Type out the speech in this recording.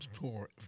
tour